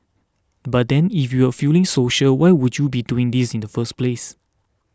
but then if you were feeling social why would you be doing this in the first place